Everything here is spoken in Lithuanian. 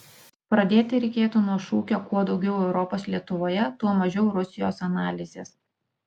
pradėti reikėtų nuo šūkio kuo daugiau europos lietuvoje tuo mažiau rusijos analizės